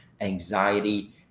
anxiety